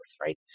right